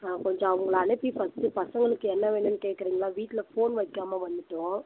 ஆ கொஞ்சம் அவங்கள அனுப்பி ஃபஸ்ட்டு பசங்களுக்கு என்ன வேணும்னு கேட்குறீங்களா வீட்டில் ஃபோன் வைக்காமல் வந்துட்டோம்